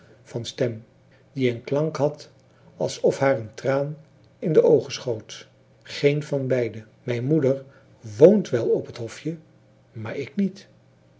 van stem die een klank had als of haar een traan in de oogen schoot geen van beiden mijne moeder woont wel op het hofje maar ik niet